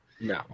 No